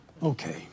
Okay